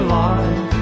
life